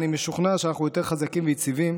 אני משוכנע שאנו יותר חזקים ויציבים